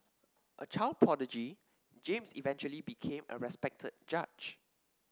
a child prodigy James eventually became a respected judge